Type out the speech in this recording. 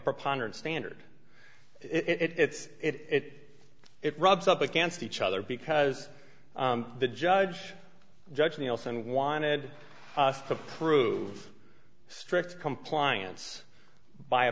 preponderance standard it's it it rubs up against each other because the judge judge nelson wanted to prove strict compliance by a